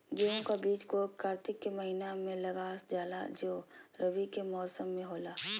गेहूं का बीज को कार्तिक के महीना में लगा जाला जो रवि के मौसम में होला